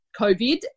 COVID